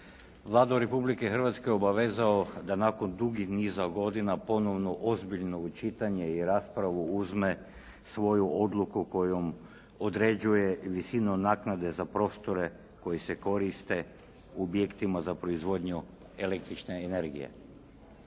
Vladu Republike Hrvatske obavezao da nakon dugih niza godina ponovno ozbiljno u čitanje i raspravu uzme svoju odluku kojom određuje visinu naknade za prostore koji se koriste u objektima za proizvodnju električne energije.